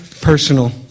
personal